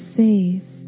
safe